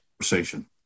conversation